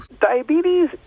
Diabetes